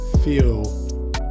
feel